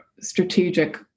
strategic